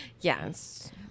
Yes